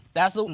that's ah